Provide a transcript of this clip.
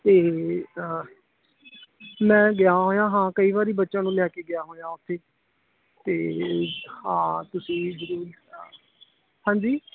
ਅਤੇ ਮੈਂ ਗਿਆ ਹੋਇਆ ਹਾਂ ਕਈ ਵਾਰ ਬੱਚਿਆਂ ਨੂੰ ਲੈ ਕੇ ਗਿਆ ਹੋਇਆ ਉੱਥੇ ਅਤੇ ਹਾਂ ਤੁਸੀਂ ਜ਼ਰੂਰ ਹਾਂਜੀ